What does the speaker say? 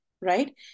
right